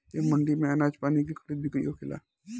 ए मंडी में आनाज पानी के खरीद बिक्री होखेला